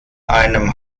einem